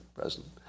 president